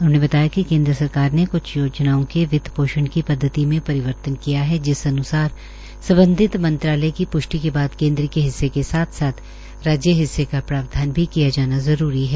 उन्होंने बताया कि केन्द्र सरकार ने क्छ योजनाओं के वित्त पोषण की पद्वति में परिवर्तन किया है जिस अन्सार सम्बधित मंत्रालय की प्ष्ठि के बाद केन्द्र के हिस्से के साथ साथ राज्य का प्रावधान भी किया जाना जरूरी है